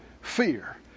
fear